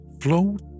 float